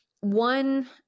One